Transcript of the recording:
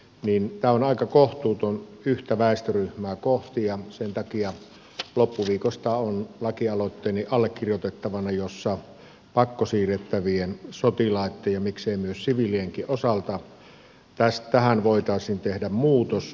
tämä on aika kohtuutonta yhtä väestöryhmää kohti ja sen takia loppuviikosta on allekirjoitettavana lakialoitteeni jossa pakkosiirrettävien sotilaitten ja miksei myös siviilienkin osalta tähän voitaisiin tehdä muutos